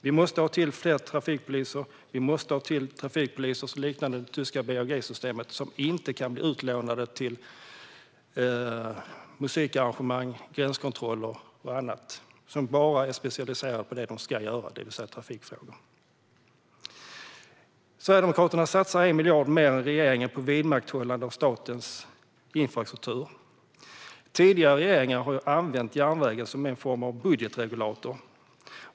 Vi måste få fler trafikpoliser, som i det tyska BAG-systemet, som inte kan bli utlånade till musikarrangemang, gränskontroller och annat. De ska vara specialiserade på det som de ska hantera, det vill säga trafikfrågor. Sverigedemokraterna satsar 1 miljard mer än regeringen på vidmakthållande av statens infrastruktur. Tidigare regeringar har använt järnvägen som en form av budgetregulator.